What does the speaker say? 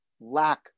lack